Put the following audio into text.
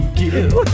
give